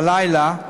בלילה,